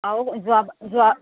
আৰু যোৱা যোৱা